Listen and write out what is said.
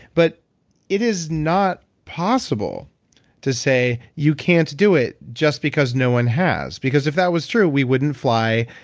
but it is not possible to say you can't do it just because no one has. because if that was true, we wouldn't fly.